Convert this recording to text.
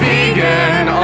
Vegan